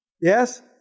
Yes